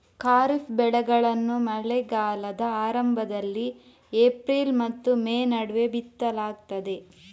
ಖಾರಿಫ್ ಬೆಳೆಗಳನ್ನು ಮಳೆಗಾಲದ ಆರಂಭದಲ್ಲಿ ಏಪ್ರಿಲ್ ಮತ್ತು ಮೇ ನಡುವೆ ಬಿತ್ತಲಾಗ್ತದೆ